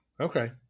Okay